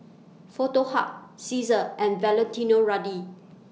Foto Hub Cesar and Valentino Rudy